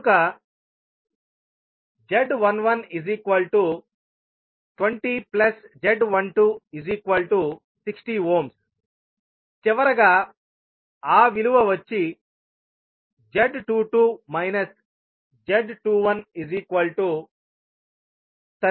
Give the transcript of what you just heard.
కనుక z1120z1260 చివరగా ఆ విలువ వచ్చి z22 z2130